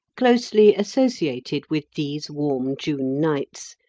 closely associated with these warm june nights,